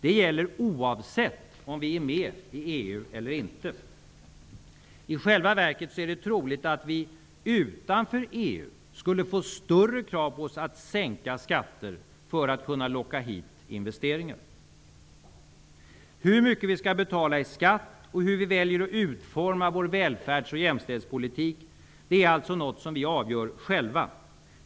Det gäller oavsett om vi är med i EU eller inte. I själva verket är det troligt att vi utanför EU skulle få större krav på oss att sänka skatter för att kunna locka hit investeringar. Hur mycket vi skall betala i skatt och hur vi väljer att utforma vår välfärds och jämställdhetspolitik är alltså något som vi avgör själva.